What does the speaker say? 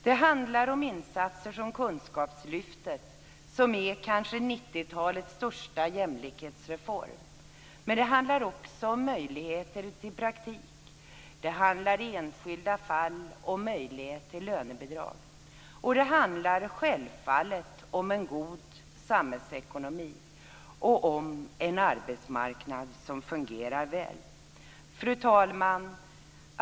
Det handlar om insatser som kunskapslyftet, som är 90-talets kanske största jämlikhetsreform, men det handlar också om möjligheter till praktik. Det handlar i enskilda fall om möjlighet till lönebidrag, och det handlar självfallet om en god samhällsekonomi och om en arbetsmarknad som fungerar väl. Fru talman!